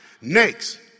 Next